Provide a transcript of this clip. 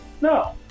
No